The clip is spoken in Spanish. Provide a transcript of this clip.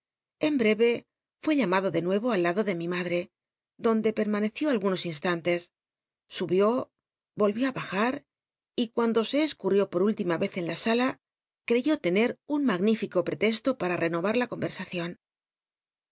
en breve fué llamado de nue'o al lado de mi mache donde pemaneció algunos in t mtcs subió ol'ió ti baj u y cuando se e cuniú por última ez en la sala caeyó tener un magnílico paetcsto paa renovaa la comersacion